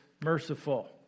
merciful